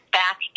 back